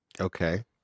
Okay